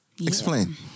Explain